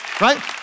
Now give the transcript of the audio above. right